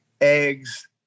eggs